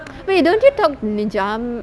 wait don't you talk to mijum